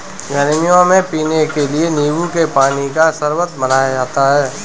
गर्मियों में पीने के लिए नींबू के पानी का शरबत बनाया जाता है